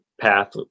path